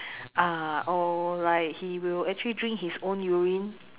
ah or like he will actually drink his urine